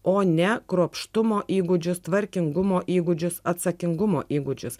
o ne kruopštumo įgūdžius tvarkingumo įgūdžius atsakingumo įgūdžius